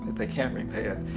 they can't repay it.